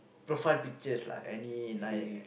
profile pictures lah any ni~